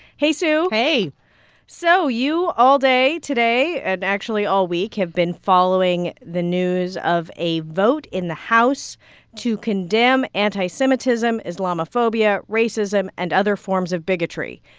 hey, sue hey so you, all day today and, actually, all week, have been following the news of a vote in the house to condemn anti-semitism, islamophobia, racism and other forms of bigotry.